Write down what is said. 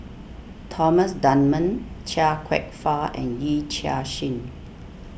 Thomas Dunman Chia Kwek Fah and Yee Chia Hsing